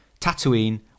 Tatooine